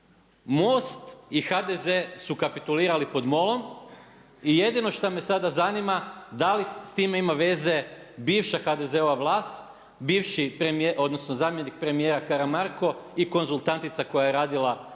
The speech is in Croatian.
MOST i HDZ su kapitulirali pod MOL-om i jedino šta me sada zanima da li s time ima veze bivša HDZ-ova vlast, bivši, odnosno zamjenik premijera Karamarko i konzultantica koja je radila za